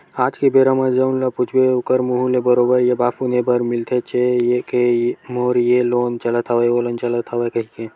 आज के बेरा म जउन ल पूछबे ओखर मुहूँ ले बरोबर ये बात सुने बर मिलथेचे के मोर ये लोन चलत हवय ओ लोन चलत हवय कहिके